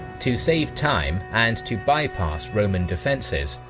to save time and to bypass roman defences,